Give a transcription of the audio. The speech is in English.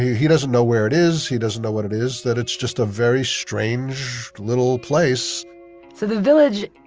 he he doesn't know where it is, he doesn't know what it is, that it's just a very strange, little place so the village,